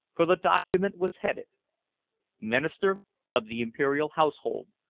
for the document was headed minister of the imperial household,